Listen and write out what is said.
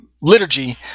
liturgy